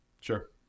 sure